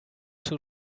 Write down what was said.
too